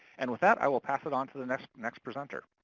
and with that, i will pass it on to the next next presenter.